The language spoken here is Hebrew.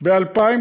ב-2015